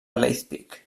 leipzig